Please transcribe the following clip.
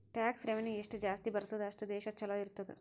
tax revenue ಎಷ್ಟು ಜಾಸ್ತಿ ಬರ್ತುದ್ ಅಷ್ಟು ದೇಶ ಛಲೋ ಇರ್ತುದ್